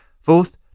Fourth